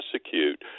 prosecute